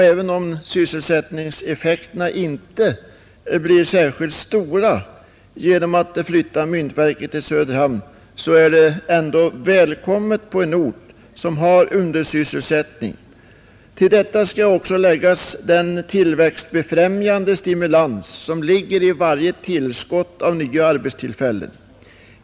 Även om sysselsättningseffekterna inte blir särskilt stora genom en flyttning av myntoch justeringsverket till Söderhamn är lokaliseringen ändå välkommen på en ort som har undersysselsättning. Till detta skall också läggas den tillväxtbefrämjande stimulans som ligger i varje tillskott av nya arbetstillfällen.